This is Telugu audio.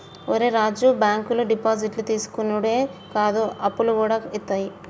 ఒరే రాజూ, బాంకులు డిపాజిట్లు తీసుకునుడే కాదు, అప్పులుగూడ ఇత్తయి